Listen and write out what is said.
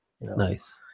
Nice